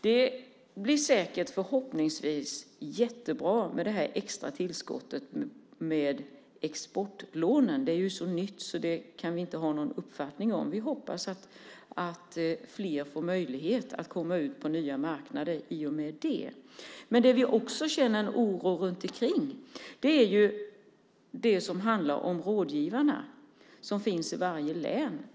Det blir förhoppningsvis jättebra med det extra tillskottet med exportlånen. Det är ju så nytt så det kan vi inte ha någon uppfattning om. Vi hoppas att fler får möjlighet att komma ut på nya marknader i och med det. Men vi känner också oro för de rådgivare som finns i varje län.